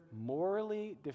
morally